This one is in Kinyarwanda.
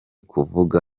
kuvuga